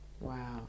Wow